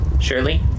Surely